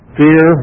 fear